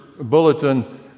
bulletin